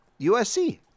USC